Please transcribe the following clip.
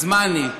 אז מה אני?